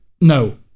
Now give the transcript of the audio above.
No